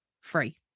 free